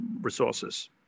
resources